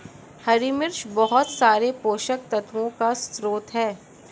हरी मिर्च बहुत सारे पोषक तत्वों का स्रोत है